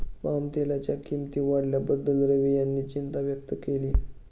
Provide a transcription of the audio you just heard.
पामतेलाच्या किंमती वाढल्याबद्दल रवी यांनी चिंता व्यक्त केली